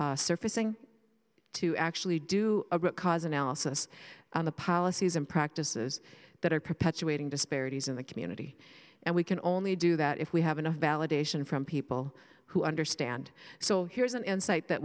surfacing to actually do a root cause analysis on the policies and practices that are perpetuating disparities in the community and we can only do that if we have enough validation from people who understand so here's an insight that